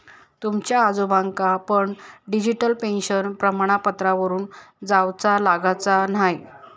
तुमच्या आजोबांका पण डिजिटल पेन्शन प्रमाणपत्रावरून जाउचा लागाचा न्हाय